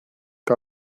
que